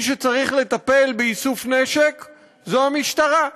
מי שצריך לטפל באיסוף נשק זה המשטרה,